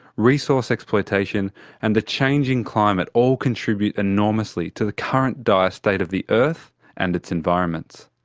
resource exploitation and the changing climate all contribute enormously to the current dire state of the earth and its environments.